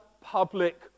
public